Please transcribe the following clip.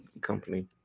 company